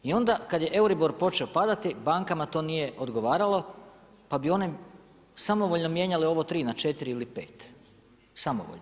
I onda kad je EURIBOR počeo padati, bankama to nije odgovaralo, pa bi one samovoljno mijenjale ovo 3 na 4 ili 5, samovoljno.